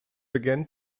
began